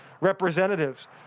representatives